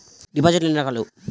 డిపాజిట్లు ఎన్ని రకాలు?